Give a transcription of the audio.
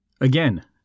Again